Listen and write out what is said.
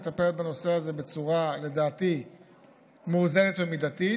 מטפלת בנושא הזה בצורה מאוזנת ומידתית,